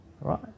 right